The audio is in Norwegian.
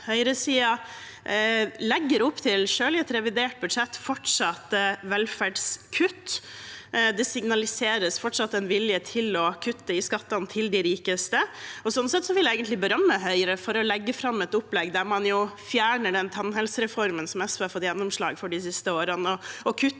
Høyresiden legger opp til fortsatte velferdskutt, selv i et revidert budsjett. Det signaliseres fortsatt en vilje til å kutte i skattene til de rikeste. Sånn sett vil jeg egentlig berømme Høyre for å legge fram et opplegg der man fjerner den tannhelsereformen som SV har fått gjennomslag for de siste årene, og kutter